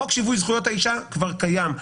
חוק שיווי זכויות האישה כבר קיים,